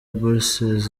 bourses